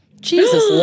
Jesus